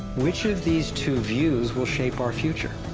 which of these two views will shape our future?